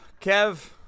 Kev